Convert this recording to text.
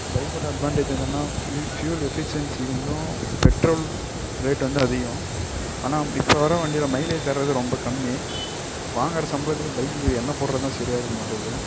பைக்கோட அட்வான்டேஜ் என்னென்னா fu fuel efficiency வந்தும் பெட்ரோல் ரேட் வந்து அதிகம் ஆனால் இப்போ வர வண்டியில மைலேஜ் தரது ரொம்ப கம்மி வாங்குற சம்பளத்துக்கு பைக்குக்கு எண்ணெய் போடுறதான் சரியாக இருக்க மாட்டுக்குது